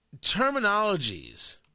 terminologies